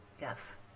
Yes